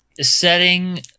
setting